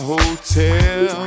Hotel